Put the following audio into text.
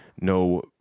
no